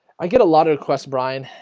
i? get a lot of requests, bryan.